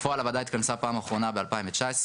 בפועל הוועדה התכנסה בפעם האחרונה ב-2019.